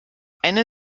eine